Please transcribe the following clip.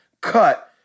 cut